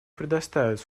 предоставить